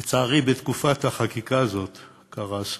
לצערי, בתקופת החקיקה הזו קרה אסון.